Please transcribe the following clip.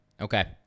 Okay